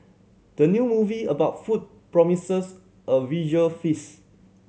the new movie about food promises a visual feast